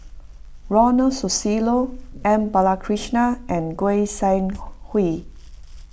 Ronald Susilo M Balakrishnan and Goi Seng Hui